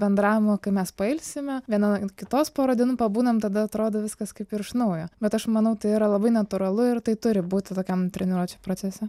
bendravimo kai mes pailsime viena nuo kitos pora dienų pabūnam tada atrodo viskas kaip ir iš naujo bet aš manau tai yra labai natūralu ir tai turi būti tokiam treniruočių procese